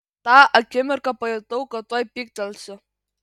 tą akimirką pajutau kad tuoj pyktelsiu